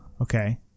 Okay